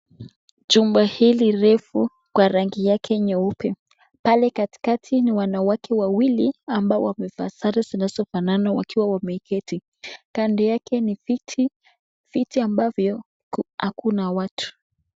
Chumba hili refu kwa rangi yake nyeupe pale katikati NI wanawake wawili ambao wamevaa sare zinazofanana wakiwa wameketi, kando yake ni viti ambayo akuna watu.